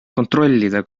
kontrollida